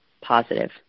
positive